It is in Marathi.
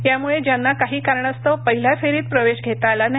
यामुळे ज्यांना काही कारणास्तव पहिल्या फेरीत प्रवेश घेता आला नाही